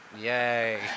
yay